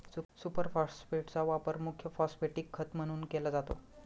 super फॉस्फेटचा वापर मुख्य फॉस्फॅटिक खत म्हणून केला जातो